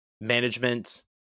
management